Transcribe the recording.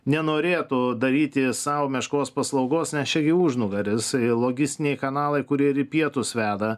nenorėtų daryti sau meškos paslaugos nes čia jų užnugaris logistiniai kanalai kurie ir į pietus veda